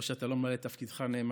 לא שאתה לא ממלא את תפקידך נאמנה,